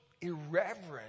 irreverent